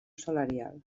salarial